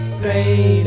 three